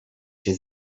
się